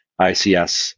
ICS